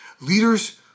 Leaders